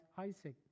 Isaac